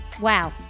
wow